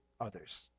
others